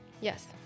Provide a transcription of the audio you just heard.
Yes